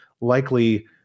likely